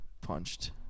Punched